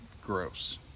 gross